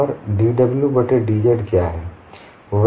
और dw बट्टे dz क्या है